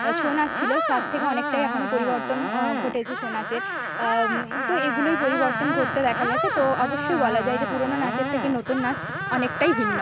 ছৌ নাচ ছিলো তার থেকে অনেকটাই এখনও পরিবর্তন ঘটেছে ছৌ নাচের তো এগুলোই পরিবর্তন ঘটতে দেখা গেছে তো অবশ্যই বলা যায় যে পুরোনো নাচের থেকে নতুন নাচ অনেকটাই ভিন্ন